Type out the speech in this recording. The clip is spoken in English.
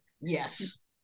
Yes